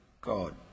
God